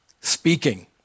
speaking